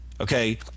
Okay